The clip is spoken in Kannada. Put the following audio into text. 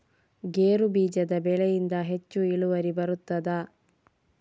ಗೇರು ಬೀಜದ ಬೆಳೆಯಿಂದ ಹೆಚ್ಚು ಇಳುವರಿ ಬರುತ್ತದಾ?